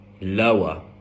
lower